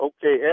Okay